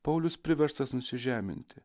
paulius priverstas nusižeminti